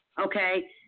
Okay